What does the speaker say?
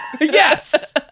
Yes